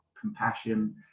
compassion